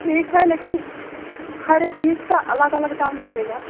ठीक है लेकिन हर एक चीज़ का अलग अलग दाम लगेगा